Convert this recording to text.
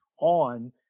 on